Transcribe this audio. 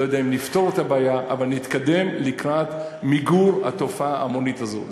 לא יודע אם נפתור את הבעיה אבל נתקדם לקראת מיגור התופעה ההמונית הזו.